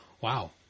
Wow